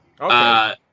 Okay